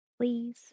please